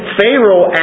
Pharaoh